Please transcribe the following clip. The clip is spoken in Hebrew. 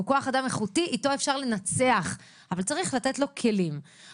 פה ואני מקווה שנצליח במשימה שלנו,